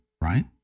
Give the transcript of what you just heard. Right